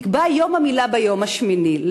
נקבע יום המילה ביום השמיני.